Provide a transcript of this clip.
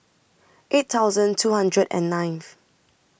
eight thousand two hundred and ninth